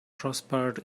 prospered